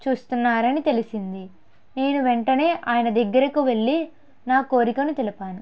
చూస్తున్నారని తెలిసింది నేను వెంటనే ఆయన దెగ్గరకు వెళ్ళి నా కోరికను తెలిపాను